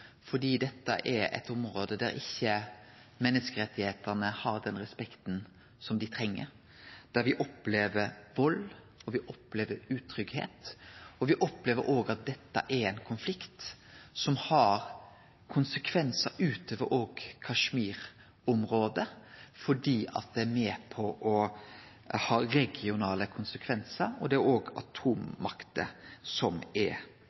fordi det er eit område der ikkje menneskerettane har den respekten som dei treng, der me opplever vald og utryggleik, og me opplever òg at dette er ein konflikt som har konsekvensar utover Kashmir-området, fordi det er med på å ha regionale konsekvensar, og det er òg atommakter som er